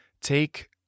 take